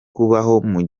umwami